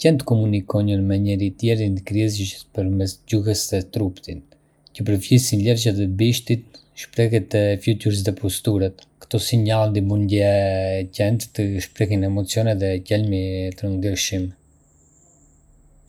Qentë komunikojnë me njëri-tjetrin kryesisht përmes gjuhës së trupit, që përfshin lëvizjet e bishtit, shprehjet e fytyrës dhe posturat. Këto sinjale ndihmojnë qentë të shprehin emocione dhe qëllime të ndryshme.